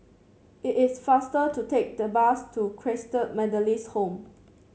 it is faster to take the bus to Christalite Methodist Home